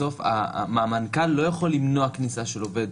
בסוף, כרגע המנכ"ל לא יכול למנוע כניסה של עובד.